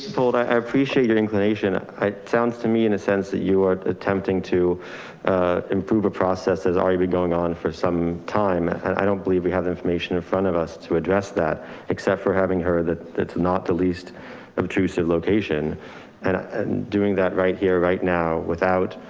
bold. i appreciate your inclination. i sounds to me in a sense that you are attempting to improve a process has already been going on for some time. and i don't believe we have the information in front of us to address that except for having her that it's not the least of intrusive location and and doing that right here right now without,